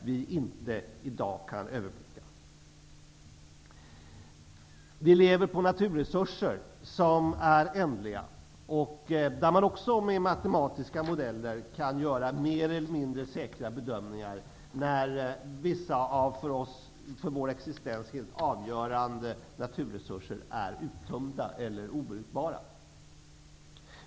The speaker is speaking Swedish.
Vi lever på naturresurser som är ändliga, och man kan också med matematiska modeller göra mer eller mindre säkra bedömningar av när vissa av för vår existens avgörande naturresurser är uttömda eller obrukbara.